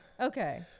Okay